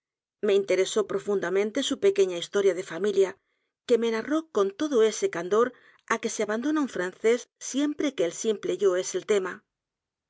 me interesó profundamente su pequeña historia de familia que me narró con todo ese candor á que se abandona un francés siempre que el simple yo es el tema